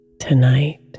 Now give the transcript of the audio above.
tonight